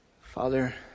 father